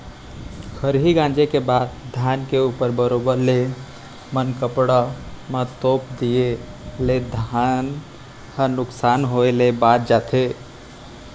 खरही गॉंजे के बाद धान के ऊपर बरोबर ले मनकप्पड़ म तोप दिए ले धार ह नुकसान होय ले बॉंच जाथे